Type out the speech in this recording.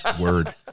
Word